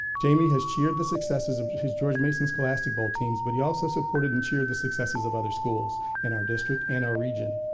jamie has cheered the successes of his george mason scholastic bowl teams but he also supported and cheered the successes of other schools in our district and our region.